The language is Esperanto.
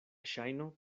ŝajno